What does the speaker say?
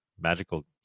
Magical